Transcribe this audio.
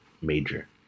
major